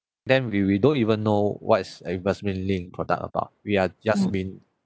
then we we don't even know what's an investment linked product about we are just been